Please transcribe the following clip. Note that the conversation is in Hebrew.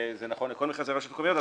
זה נכון לכל מכרזי הרשויות המקומיות,